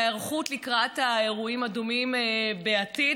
וההיערכות לקראת האירועים הדומים בעתיד.